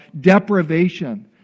deprivation